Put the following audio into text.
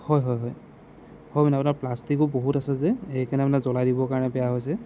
হয় হয় হয় হয় মানে আপোনাৰ প্লাষ্টিকো বহুত আছে যে সেইকাৰণে মানে জ্বলাই দিবৰ কাৰণে বেয়া হৈছে